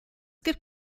gibt